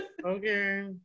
okay